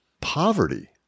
poverty